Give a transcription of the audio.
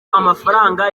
amafaranga